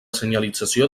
senyalització